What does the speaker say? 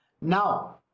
Now